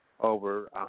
over